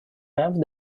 have